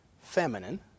feminine